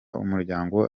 umuryango